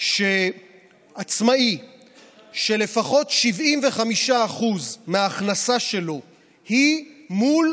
שעצמאי שלפחות 75% מההכנסה שלו היא מול